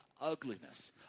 ugliness